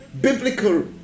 Biblical